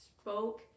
spoke